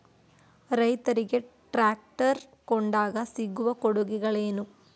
ರೈತರಿಗೆ ಟ್ರಾಕ್ಟರ್ ಕೊಂಡಾಗ ಸಿಗುವ ಕೊಡುಗೆಗಳೇನು?